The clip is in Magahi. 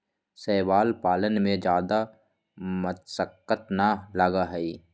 शैवाल पालन में जादा मशक्कत ना लगा हई